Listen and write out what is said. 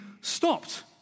stopped